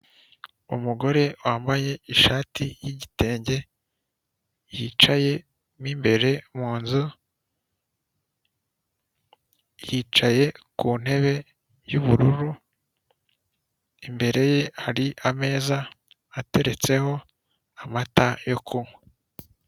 Umugore wambaye ishati yigitenge, yicaye mo imbere munzu, yicaye ku ntebe ya ubururu, imbere hari ameza ateretseho amata yo kunywa.